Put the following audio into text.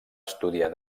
estudiar